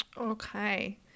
Okay